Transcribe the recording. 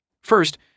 First